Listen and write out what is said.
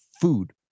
food